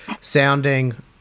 sounding